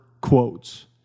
quotes